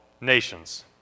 nations